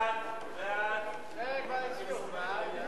סעיף 2 נתקבל.